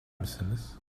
misiniz